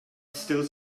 still